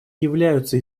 являются